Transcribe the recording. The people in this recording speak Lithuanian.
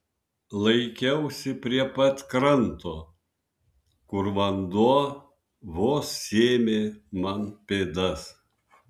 laikiausi prie pat kranto kur vanduo vos sėmė man pėdas